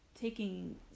taking